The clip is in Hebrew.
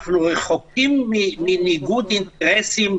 אנחנו רחוקים מניגוד אינטרסים,